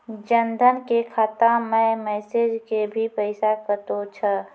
जन धन के खाता मैं मैसेज के भी पैसा कतो छ?